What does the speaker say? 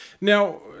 Now